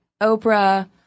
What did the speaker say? Oprah